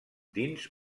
dins